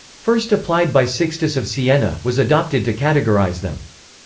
first applied by sixtus of siena, was adopted to categorise them.